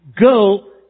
go